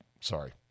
sorry